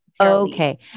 Okay